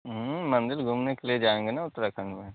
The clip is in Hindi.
मन्दिर घूमने के लिए जाएँगे ना उत्तराखण्ड में